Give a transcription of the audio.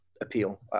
appeal